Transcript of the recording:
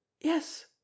Yes